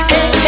Hey